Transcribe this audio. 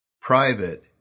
private